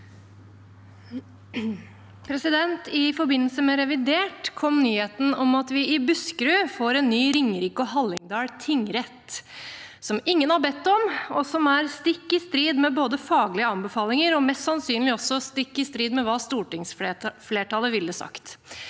I forbindelse med re- vidert kom nyheten om at vi i Buskerud får en ny Ringerike og Hallingdal tingrett, som ingen har bedt om, og som er stikk i strid med faglige anbefalinger og mest sannsynlig også stikk i strid med hva stortingsflertallet ville ha sagt.